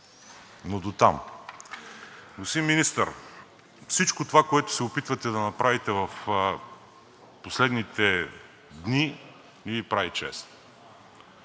но дотам. Господин Министър, всичко това, което се опитвате да направите в последните дни, не Ви прави чест.